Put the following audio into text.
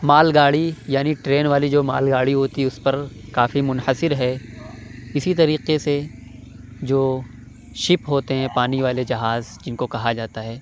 مال گاڑی یعنی ٹرین والی جو مال گاڑی ہوتی اُس پر کافی منحصر ہے اِسی طریقے سے جو شپ ہوتے ہیں پانی والے جہاز جن کو کہا جاتا ہے